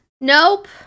Nope